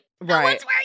Right